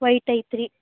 white ಐತೆ ರೀ